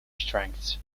strengths